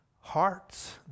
hearts